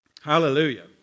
hallelujah